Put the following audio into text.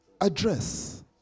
address